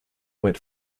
went